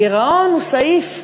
הגירעון הוא סעיף,